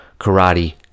karate